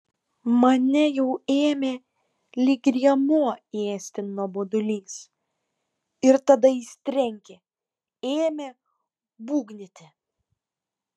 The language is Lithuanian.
mane jau ėmė lyg rėmuo ėsti nuobodulys ir tada jis trenkė ėmė būgnyti